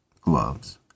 gloves